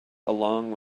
along